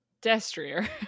destrier